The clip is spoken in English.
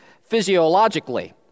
physiologically